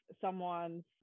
someone's